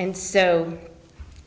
and so